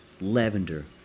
Lavender